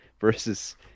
versus